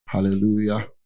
Hallelujah